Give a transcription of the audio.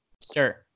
sir